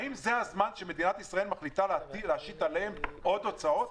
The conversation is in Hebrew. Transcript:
האם זה הזמן שמדינת ישראל מחליטה להשית עליהם עוד הוצאות?